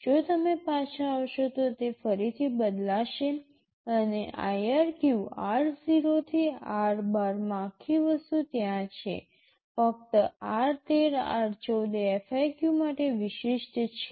જો તમે પાછા આવશો તો તે ફરીથી બદલાશે અને IRQ r0 થી r12 માં આખી વસ્તુ ત્યાં છે ફક્ત r13 r14 એ FIQ માટે વિશિષ્ટ છે